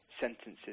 Sentences